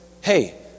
hey